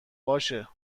باشه